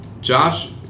Josh